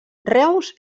reus